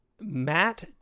Matt